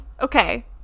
Okay